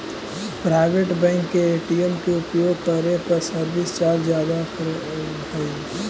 private bank के ATM के उपयोग करे पर सर्विस चार्ज ज्यादा करऽ हइ